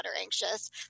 anxious